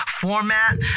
format